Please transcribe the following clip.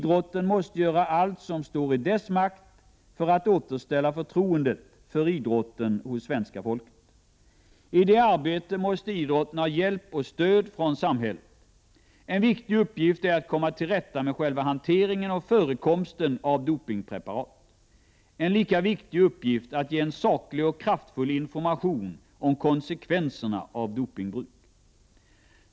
Idrotten måste göra allt som står i dess makt för att återställa förtroendet för idrotten hos svenska folket. I detta arbete måste idrotten ha hjälp och stöd från samhället. En viktig uppgift är att komma till rätta med själva hanteringen och förekomsten av dopingpreparat. En lika viktig uppgift är att ge en saklig och kraftfull information om konsekvenserna av dopingbruk.